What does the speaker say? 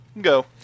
go